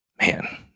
man